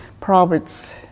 Proverbs